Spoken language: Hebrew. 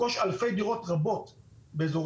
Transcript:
כשנה-שנתיים לרכוש אלפים רבים של דירות באזורי